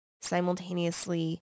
simultaneously